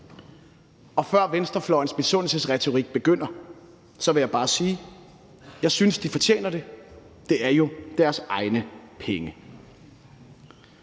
Før venstrefløjens misundelsesretorik begynder, vil jeg bare sige: Jeg synes, de fortjener det, det er jo deres egne penge.